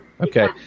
Okay